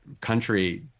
country